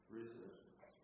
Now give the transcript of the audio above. resistance